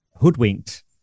hoodwinked